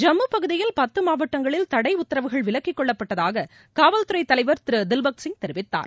ஜம்மு பகுதியில் பத்து மாவட்டங்களில் தடை உத்தரவுகள் விலக்கிக்கொள்ளப்பட்டதாக காவல்துறை தலைவர் தில்பக் சிங் தெரிவித்தார்